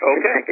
Okay